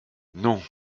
non